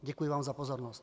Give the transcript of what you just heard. Děkuji vám za pozornost.